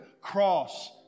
cross